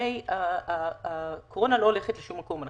הרי הקורונה לא הולכת לשום מקום,